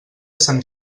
sant